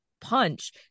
punch